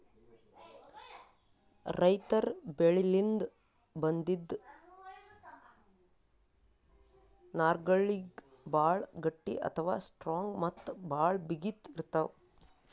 ರೈತರ್ ಬೆಳಿಲಿನ್ದ್ ಬಂದಿಂದ್ ನಾರ್ಗಳಿಗ್ ಭಾಳ್ ಗಟ್ಟಿ ಅಥವಾ ಸ್ಟ್ರಾಂಗ್ ಮತ್ತ್ ಭಾಳ್ ಬಿಗಿತ್ ಇರ್ತವ್